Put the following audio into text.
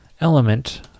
element